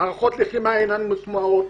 מערכות לחימה אינן מוטמעות,